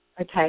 okay